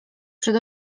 przed